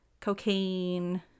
cocaine